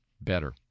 better